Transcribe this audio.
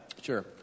Sure